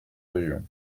régions